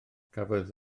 cafodd